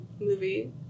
movie